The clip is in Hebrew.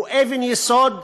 הוא אבן יסוד,